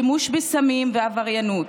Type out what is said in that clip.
שימוש בסמים ועבריינות.